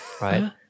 Right